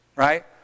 Right